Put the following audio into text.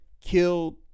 killed